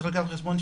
צריך לקחת בחשבון,